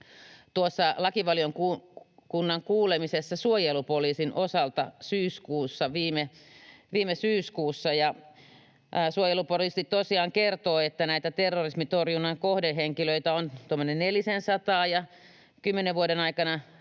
tuossa lakivaliokunnan kuulemisessa suojelupoliisin osalta viime syyskuussa: Suojelupoliisi tosiaan kertoi, että näitä terrorismitorjunnan kohdehenkilöitä on tuommoinen